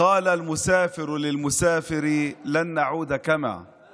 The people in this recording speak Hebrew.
להלן תרגומם: אתמול היה יום ההולדת של המשורר הנפלא שלנו